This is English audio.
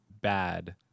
bad